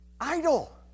Idle